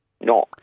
no